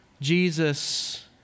Jesus